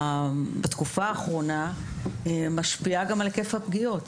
בתקופה האחרונה, משפיעה על היקף הפגיעות.